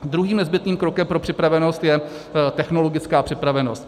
Druhým nezbytným krokem pro připravenost je technologická připravenost.